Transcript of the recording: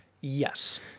Yes